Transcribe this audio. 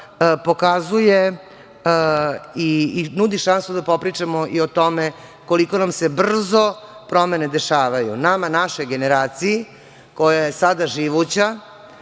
pokazuje i nudi šansu da popričamo i o tome koliko nam se brzo promene dešavaju. Nama, našoj generacija, koja je sada živuća,